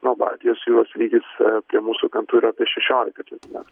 na o baltijos jūros lygis prie mūsų krantų yra apie šešiolika centimetrų